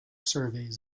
surveys